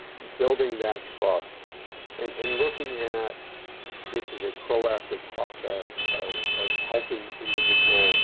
building that trust and and looking at this is a proactive process of of helping individuals